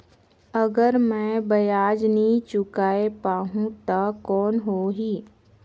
अगर मै ब्याज नी चुकाय पाहुं ता कौन हो ही?